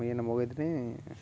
ମୁଇଁ ଏନ ମଗାଇ ଥିଲି